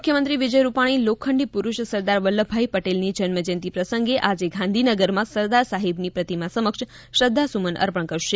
મુખ્યમંત્રી વિજય રૂપાણી લોખંડી પુરૂષ સરદાર વલ્લભભાઈ પટેલની જન્મજયંતી પ્રસંગે આજે ગાંધીનગરમાં સરદાર સાહેબની પ્રતિમા સમક્ષ શ્રદ્ધા સુમન અર્પણ કરશે